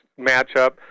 matchup